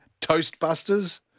Toastbusters